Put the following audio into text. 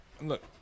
look